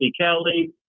kelly